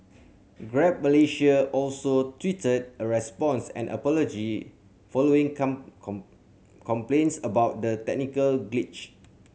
Grab Malaysia also tweeted a response and apology following complaints about the technical glitch